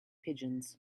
pigeons